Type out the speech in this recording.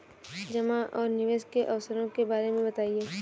जमा और निवेश के अवसरों के बारे में बताएँ?